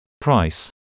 Price